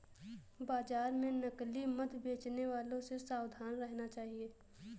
बाजार में नकली मधु बेचने वालों से सावधान रहना चाहिए